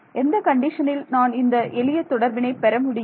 எந்த கண்டிஷனில் நான் இந்த எளிய தொடர்பினை பெறமுடியும்